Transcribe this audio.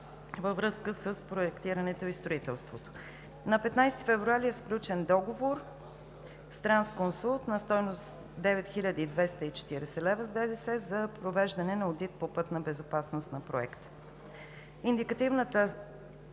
във връзка с проектирането и строителството. На 15 февруари е сключен договор с „Трансконсулт“ на стойност 9 хил. 240 лв. с ДДС за провеждане на одит по пътна безопасност на Проекта. Индикативната